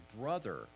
brother